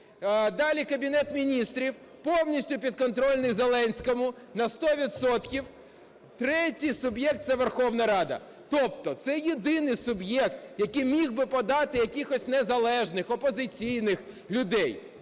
далі – Кабінет Міністрів (повністю підконтрольний Зеленському, на сто відсотків), третій суб'єкт – це Верховна Рада. Тобто це єдиний суб'єкт, який міг би подати якихось незалежних опозиційних людей.